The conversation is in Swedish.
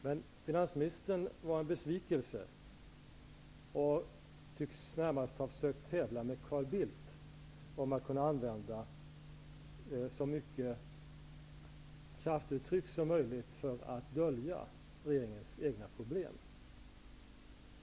Men finansministern var en besvikelse och tycks närmast ha försökt tävla med Carl Bildt om att kunna använda så många kraftuttryck som möjligt för att dölja regeringens egna problem.